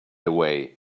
away